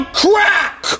crack